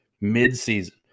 Mid-season